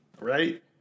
Right